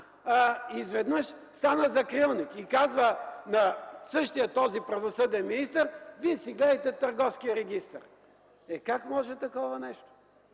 изведнъж стана закрилник и казва на същия този правосъден министър: „Вие си гледайте Търговския регистър.” Как може такова нещо?